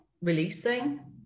releasing